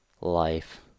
life